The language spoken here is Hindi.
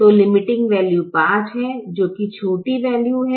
तो लिमीटिंग वैल्यू 5 है जो की छोटी वैल्यू है